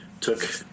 Took